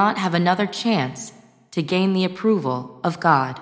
not have another chance to gain the approval of god